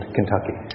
Kentucky